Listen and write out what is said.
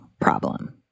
problem